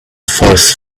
forest